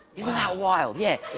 isn't that wild? yeah.